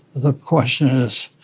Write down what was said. the question is,